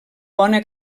bona